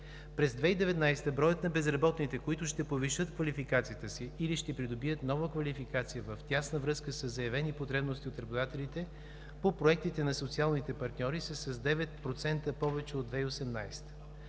През 2019 г. броят на безработните, които ще повишат квалификацията си или ще придобият нова квалификация в тясна връзка със заявени потребности от работодателите по проектите на социалните партньори, са с 9% повече от 2018